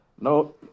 no